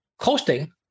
Coasting